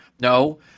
No